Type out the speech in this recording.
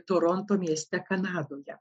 toronto mieste kanadoje